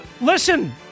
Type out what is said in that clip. Listen